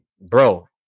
bro